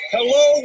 Hello